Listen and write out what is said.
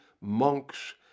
monks